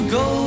go